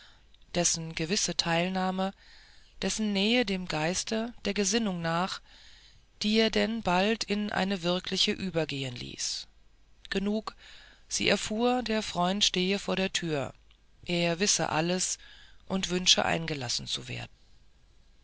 dessen gewisse teilnahme dessen nähe dem geiste der gesinnung nach die er denn bald in eine wirkliche übergehen ließ genug sie erfuhr der freund stehe vor der tür er wisse alles und wünsche eingelassen zu werden